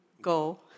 go